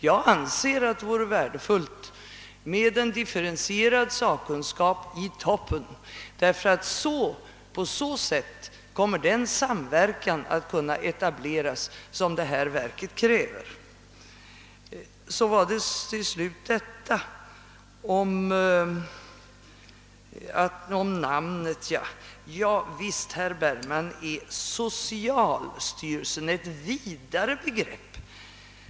Jag anser att det vore värdefullt med en differentierad sakkunskap i toppen, därför att på så sätt kommer den samverkan som detta verk kräver att kunna etableras. Till slut några ord i namnfrågan! Visst är »socialstyrelsen» ett vidare begrepp, herr Bergman.